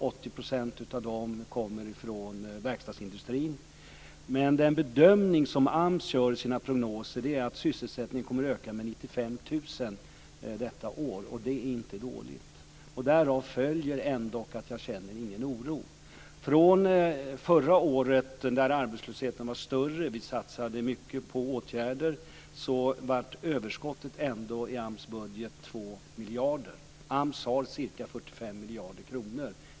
80 % av dessa kommer från verkstadsindustrin. Men den bedömning som AMS gör i sina prognoser är att sysselsättningen kommer att öka med 95 000 under det här året, och det är inte dåligt. Därav följer att jag inte känner någon oro. Förra året var arbetslösheten större. Vi satsade mycket på åtgärder. Ändå blev överskottet i AMS budget 2 miljarder. Budgeten uppgår till ca 45 miljarder kronor.